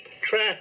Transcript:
track